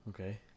okay